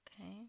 okay